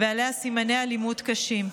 ועליה סימני אלימות קשים.